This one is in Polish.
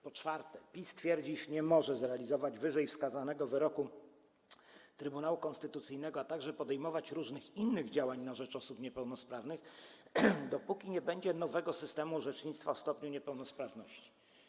Po czwarte, PiS twierdzi, iż nie może zrealizować wyżej wskazanego wyroku Trybunału Konstytucyjnego ani podejmować różnych innych działań na rzecz osób niepełnosprawnych, dopóki nie będzie nowego systemu orzecznictwa o stopniu niepełnosprawności.